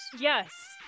Yes